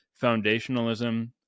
foundationalism